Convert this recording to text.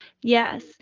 yes